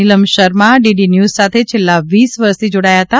નિલમ Sharma DD news સાથે છેલ્લાં વીસ વર્ષથી જોડાયા હતા